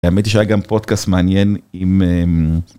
האמת היא שהיה גם פודקאסט מעניין עם...